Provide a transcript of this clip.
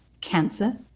cancer